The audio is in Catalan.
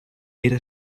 era